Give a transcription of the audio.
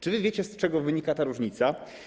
Czy wy wiecie, z czego wynika ta różnica?